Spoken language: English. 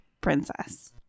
princess